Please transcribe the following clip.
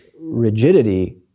rigidity